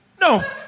No